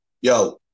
Yo